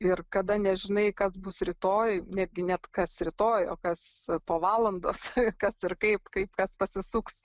ir kada nežinai kas bus rytoj netgi net kas rytoj o kas po valandos kas ir kaip kaip kas pasisuks